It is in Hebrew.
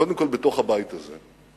קודם כול בתוך הבית הזה,